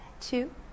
two